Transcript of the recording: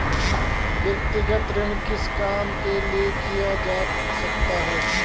व्यक्तिगत ऋण किस काम के लिए किया जा सकता है?